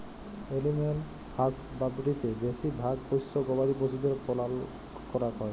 animal হাসবাদরীতে বেশি ভাগ পষ্য গবাদি পশুদের পালল ক্যরাক হ্যয়